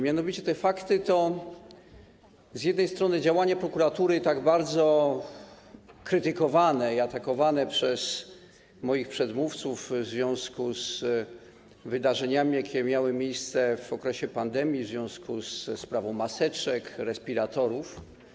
Mianowicie te fakty to działanie prokuratury, tak bardzo krytykowane i atakowane przez moich przedmówców, w związku z wydarzeniami, jakie miały miejsce w okresie pandemii, w związku ze sprawą maseczek, respiratorów.